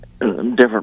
different